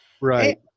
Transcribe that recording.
right